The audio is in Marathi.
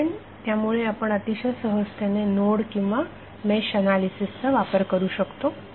कारण त्यामुळे आपण अतिशय सहजतेने नोड किंवा मेश ऍनालिसिसचा वापर करू शकतो